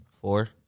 Four